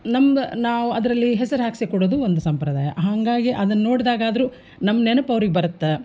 ನಮ್ಗೆ ನಾವು ಅದರಲ್ಲಿ ಹೆಸ್ರು ಹಾಕಿಸಿ ಕೊಡೋದು ಒಂದು ಸಂಪ್ರದಾಯ ಹಾಗಾಗಿ ಅದನ್ನು ನೋಡ್ದಾಗಾದರೂ ನಮ್ಮ ನೆನಪು ಅವ್ರಿಗೆ ಬರತ್ತೆ